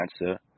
answer